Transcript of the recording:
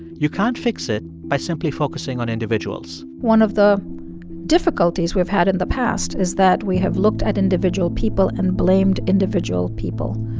you can't fix it by simply focusing on individuals one of the difficulties we've had in the past is that we have looked at individual people and blamed individual people.